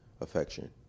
affection